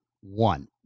One